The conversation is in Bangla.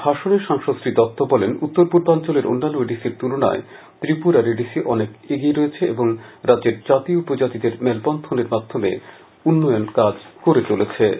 ভাষণে সাংসদ শ্রী দত্ত বলেন উত্তর পূর্বাঞ্চলের অন্যান্য এডিসি র তুলনায় ত্রিপুরার এডিসি অনেক এগিয়ে রয়েছে এবং রাজ্যের জাতি উপজাতিদের মেলবন্ধনের মাধ্যমে উন্নয়ন কাজ করে চলেছে